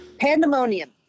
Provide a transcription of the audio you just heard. Pandemonium